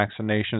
vaccinations